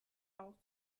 auch